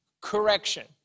correction